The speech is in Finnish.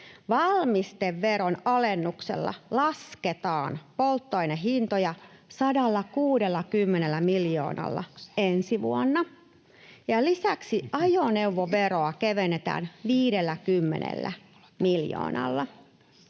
Valmisteveron alennuksella lasketaan polttoainehintoja 160 miljoonalla ensi vuonna ja lisäksi ajoneuvoveroa kevennetään 50 miljoonalla.